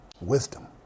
Wisdom